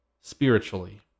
spiritually